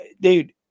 dude